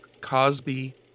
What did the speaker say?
Cosby